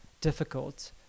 difficult